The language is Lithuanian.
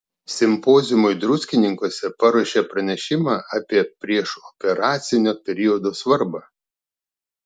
simpoziumui druskininkuose paruošė pranešimą apie priešoperacinio periodo svarbą